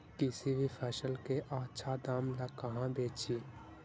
किसी भी फसल के आछा दाम ला कहा बेची?